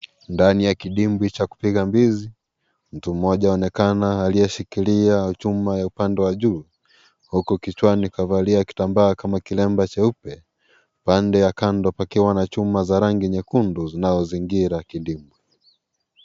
Ndani ya kidimbwi cha kupiga mbizi, mtu mmoja aonekana aliyeshikilia chuma cha upande wa juu huku kichwani kavalia kitambaa kama kilemba cheupe. Upande wa kando pakiwa na chuma za rangi nyekundu zinazozingira kidimbwi.